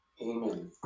amen